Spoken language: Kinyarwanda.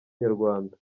nyarwanda